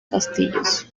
castillos